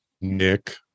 Nick